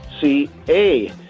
C-A